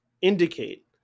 indicate